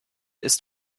ist